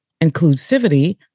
inclusivity